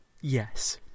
Yes